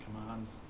commands